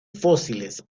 fósiles